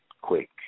quick